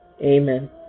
Amen